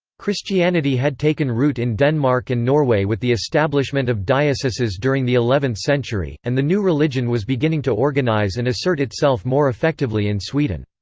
christianity had taken root in denmark and norway with the establishment of dioceses during the eleventh century, and the new religion was beginning to organise and assert itself more effectively in sweden.